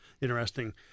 interesting